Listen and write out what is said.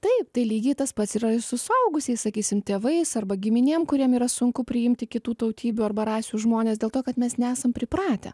taip tai lygiai tas pats yra ir su suaugusiais sakysim tėvais arba giminėm kuriem yra sunku priimti kitų tautybių arba rasių žmones dėl to kad mes nesam pripratę